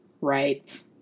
Right